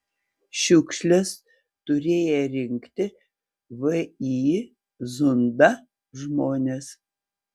šiukšles turėję rinkti vį zunda žmonės